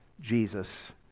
Jesus